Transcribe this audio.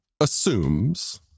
assumes